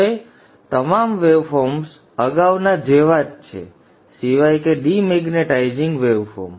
હવે તમામ વેવફોર્મ્સ અગાઉના જેવા જ છે સિવાય કે ડિમેગ્નેટાઇઝિંગ વેવફોર્મ